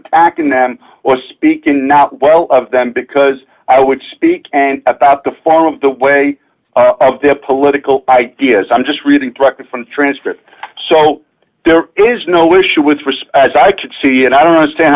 attacking them or speaking not well of them because i would speak and about the farm the way of their political ideas i'm just reading practice and transcript so there is no issue with as i could see and i don't understand